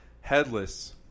Headless